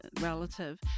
relative